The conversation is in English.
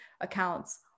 accounts